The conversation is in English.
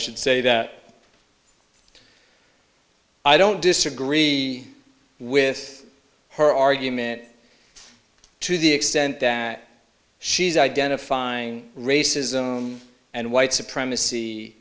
should say that i don't disagree with her argument to the extent that she's identifying racism and white supremacy